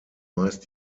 meist